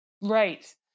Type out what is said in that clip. Right